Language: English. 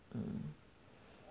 mm